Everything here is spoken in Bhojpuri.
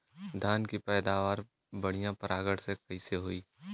धान की पैदावार बढ़िया परागण से कईसे होई?